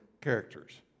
characters